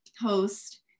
host